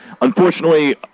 unfortunately